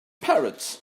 parrots